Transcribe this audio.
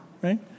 right